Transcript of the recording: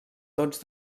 tots